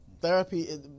Therapy